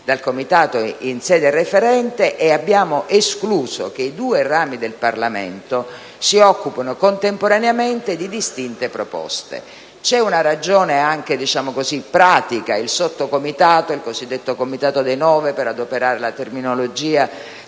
dal Comitato in sede referente; e abbiamo escluso che i due rami del Parlamento si occupino contemporaneamente di distinte proposte. Ciò è dovuto anche ad una ragione pratica: il Sottocomitato (o il cosiddetto Comitato dei nove, per adoperare la terminologia